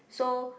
so